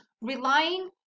relying